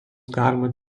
galima